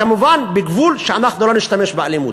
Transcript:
כמובן, אנחנו לא נשתמש באלימות.